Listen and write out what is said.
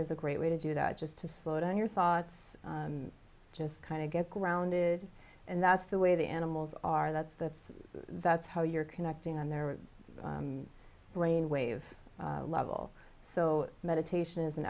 is a great way to do that just to slow down your thoughts just kind of get grounded and that's the way the animals are that's that's that's how you're connecting on their brainwave level so meditation is an